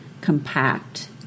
compact